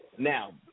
Now